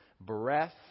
breath